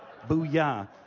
booyah